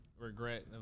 regret